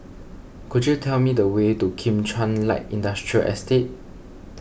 could you tell me the way to Kim Chuan Light Industrial Estate